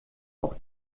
auch